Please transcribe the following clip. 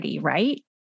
Right